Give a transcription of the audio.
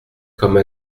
comme